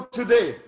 today